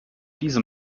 diese